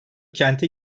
kente